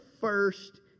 first